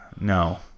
no